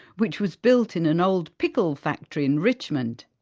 which was built in an old pickle factory in richmond.